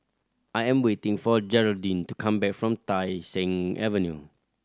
I am waiting for Gearldine to come back from Tai Seng Avenue